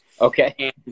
Okay